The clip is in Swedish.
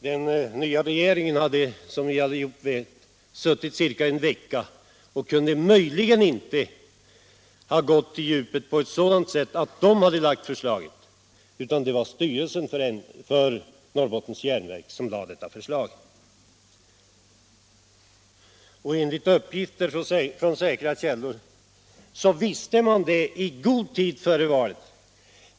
Den nya regeringen hade suttit ca en vecka och kunde därför inte ha gått till djupet på ett sådant sätt att den hade lagt fram förslaget. Det var alltså styrelsen för Norrbottens Järnverk som lade fram detta förslag. Enligt uppgifter från säkra källor visste man detta i god tid före valet.